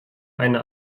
eine